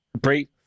break